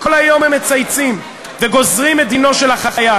כל היום הם מצייצים, וגוזרים את דינו של החייל.